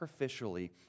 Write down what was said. sacrificially